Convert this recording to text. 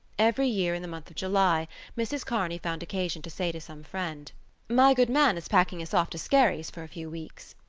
every year in the month of july mrs. kearney found occasion to say to some friend my good man is packing us off to skerries for a few weeks.